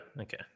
Okay